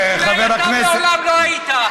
מעולם לא היית.